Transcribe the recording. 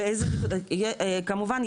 כמובן,